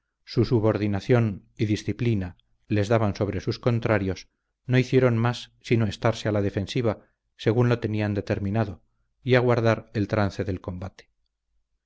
su subordinación y disciplina les daban sobre sus contrarios no hicieron más sino estarse a la defensiva según lo tenían determinado y aguardar el trance del combate